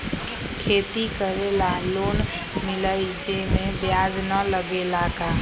खेती करे ला लोन मिलहई जे में ब्याज न लगेला का?